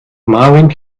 marvin